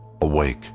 Awake